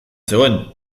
zegoen